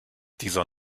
dieser